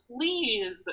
please